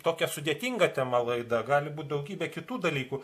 tokia sudėtinga tema laida gali būt daugybė kitų dalykų